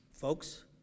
folks